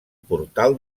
portal